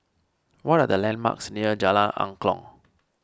what are the landmarks near Jalan Angklong